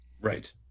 Right